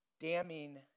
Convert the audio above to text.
damning